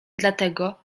dlatego